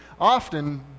often